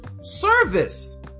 service